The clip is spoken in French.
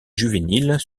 juvéniles